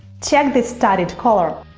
check this studded collar!